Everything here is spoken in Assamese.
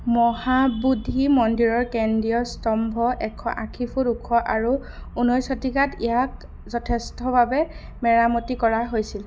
মহাবোধি মন্দিৰৰ কেন্দ্ৰীয় স্তম্ভ এশ আশী ফুট ওখ আৰু ঊনৈছশ শতিকাত ইয়াক যথেষ্টভাৱে মেৰামতি কৰা হৈছিল